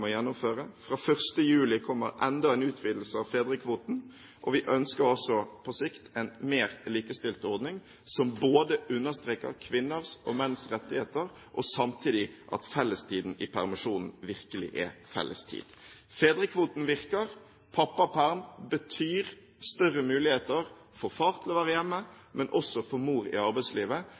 å gjennomføre. 1. juli kommer enda en utvidelse av fedrekvoten. Vi ønsker på sikt en mer likestilt ordning, som understreker både kvinners og menns rettigheter, slik at fellestiden i permisjonen virkelig er fellestid. Fedrekvoten virker. Pappaperm betyr større mulighet for far til å være hjemme, men også mulighet for mor til å være i arbeidslivet.